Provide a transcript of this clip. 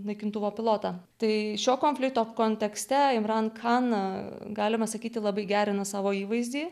naikintuvo pilotą tai šio konflikto kontekste imran khan galima sakyti labai gerina savo įvaizdį